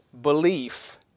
belief